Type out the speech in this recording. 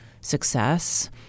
success